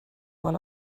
one